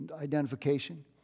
identification